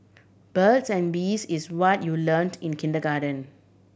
birds and bees is what you learnt in kindergarten